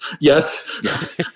Yes